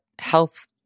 health